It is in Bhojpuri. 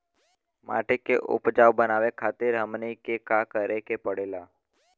माटी के उपजाऊ बनावे खातिर हमनी के का करें के पढ़ेला?